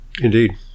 Indeed